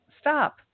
stop